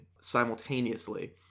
simultaneously